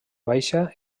baixa